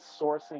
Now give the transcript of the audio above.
sourcing